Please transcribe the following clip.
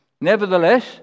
Nevertheless